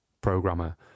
programmer